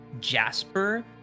Jasper